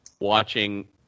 watching